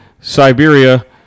Siberia